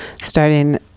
starting